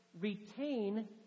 retain